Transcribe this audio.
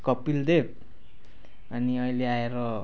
कपिल देव अनि अहिले आएर